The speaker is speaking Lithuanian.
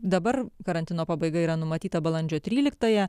dabar karantino pabaiga yra numatyta balandžio tryliktąją